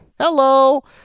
Hello